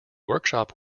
workshop